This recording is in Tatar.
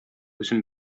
үзем